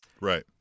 right